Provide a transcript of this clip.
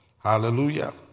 Hallelujah